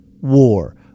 war